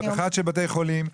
אחת של בתי חולים,